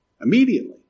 Immediately